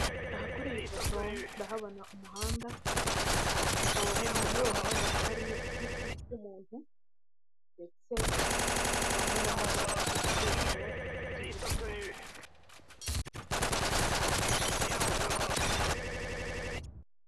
Aha kuri iyi foto ndahabona umuhanda, hakaba hari muri uwo muhanda kuko harimo igicucucucu cy'umuntu, ndetse nkaba mbonamo n'igicucucucu k'igiti.